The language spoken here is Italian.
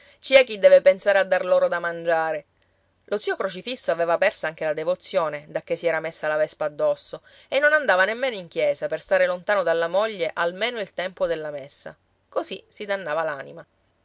è chi deve pensare a dar loro da mangiare lo zio crocifisso aveva persa anche la devozione dacché si era messa la vespa addosso e non andava nemmeno in chiesa per stare lontano dalla moglie almeno il tempo della messa così si dannava